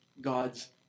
God's